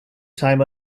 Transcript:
time